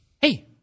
Hey